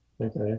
okay